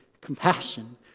compassion